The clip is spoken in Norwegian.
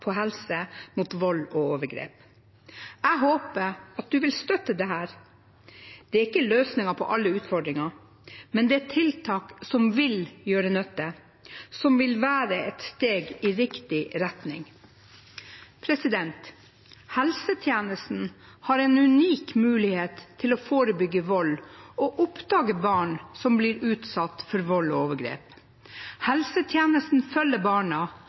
gjelder helse, og mot vold og overgrep. Jeg håper du vil støtte disse. Det er ikke løsningen på alle utfordringer, men det er tiltak som vil gjøre nytte, og som vil være et steg i riktig retning. Helsetjenesten har en unik mulighet til å forebygge vold og oppdage barn som blir utsatt for vold og overgrep. Helsetjenesten følger barna